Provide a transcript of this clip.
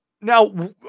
Now